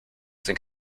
think